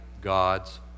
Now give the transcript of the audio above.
God's